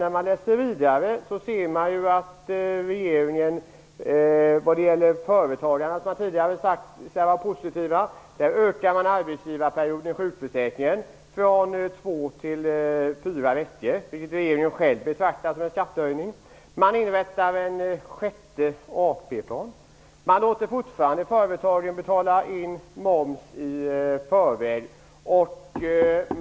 När man läser vidare ser man ju att regeringen - som säger sig vara positivt inställd till företagande - vill öka arbetsgivarperioden i sjukförsäkringen från två till fyra veckor, vilket regeringen själv betraktar som en skattehöjning. Man vill inrätta en sjätte AP-fond och man låter fortfarande företagen betala in moms i förskott.